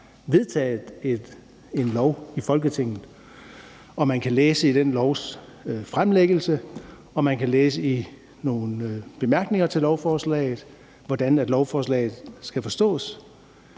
vedtaget en lov i Folketinget og man kan læse i den lovs fremlæggelse og man kan læse i nogle bemærkninger til lovforslaget, hvordan lovforslaget skal forstås,